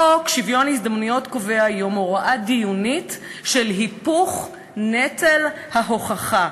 חוק שוויון ההזדמנויות קובע היום הוראה דיונית של היפוך נטל ההוכחה,